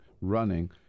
running